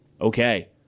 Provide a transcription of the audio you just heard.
okay